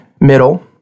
middle